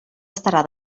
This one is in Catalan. estarà